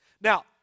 Now